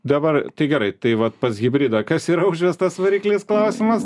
dabar tai gerai tai vat pas hibridą kas yra užvestas variklis klausimas